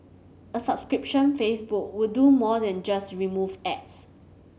a subscription Facebook would do more than just remove ads